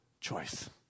choice